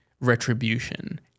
retribution